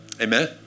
Amen